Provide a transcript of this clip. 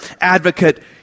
advocate